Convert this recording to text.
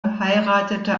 heiratete